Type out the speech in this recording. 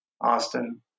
Austin